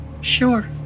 Sure